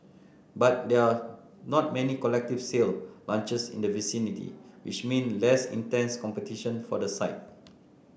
but there are not many collective sale launches in the vicinity which means less intense competition for the site